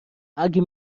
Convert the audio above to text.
اگه